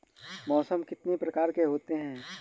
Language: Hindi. मौसम कितनी प्रकार के होते हैं?